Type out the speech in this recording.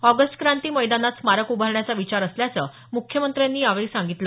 आगस्ट क्रांती मैदानात स्मारक उभारण्याचा विचार असल्याचं मुख्यमंत्र्यांनी सांगितलं